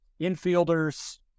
infielders